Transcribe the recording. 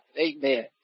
amen